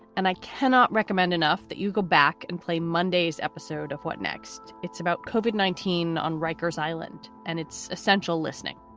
and i cannot recommend enough that you go back and play monday's episode of what next? it's about coby, nineteen, on rikers island, and it's essential listening.